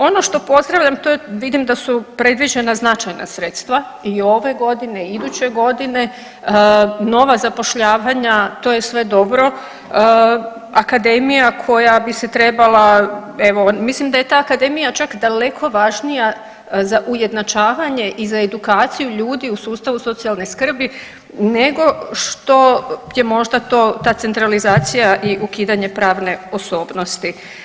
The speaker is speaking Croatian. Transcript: Ono što pozdravljam, to je, vidim da su predviđena značajna sredstva i ove godine i iduće godine, nova zapošljavanja, to je sve dobro, akademija koja bi se trebala evo, mislim da je ta akademija čak daleko važnija za ujednačavanje i za edukaciju ljudi u sustavu socijalne skrbi nego što je možda to, ta centralizacija i ukidanje pravne osobnosti.